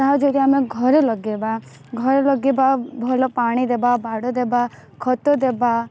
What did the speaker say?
ତାହା ଯଦି ଆମେ ଘରେ ଲଗାଇବା ଘରେ ଲଗାଇବା ଭଲ ପାଣି ଦେବା ବାଡ଼ ଦେବା ଖତ ଦେବା